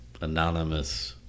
anonymous